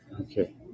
Okay